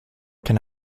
can